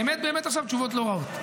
באמת, תשובות לא רעות.